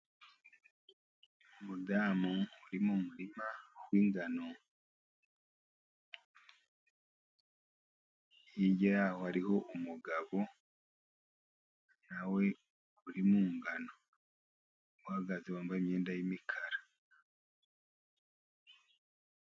Umudamu uri mu murima w'ingano, hirya hariho umugabo nawe uri mungano uhagaze wambaye imyenda y'imikara.